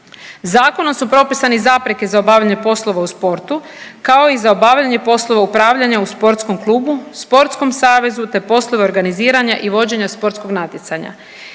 Zakonom su propisane zapreke za obavljanje poslova u sportu kao i za obavljanje poslova upravljanja u sportskom klubu, sportskom savezu, te poslove organiziranja i vođenja sportskog natjecanja.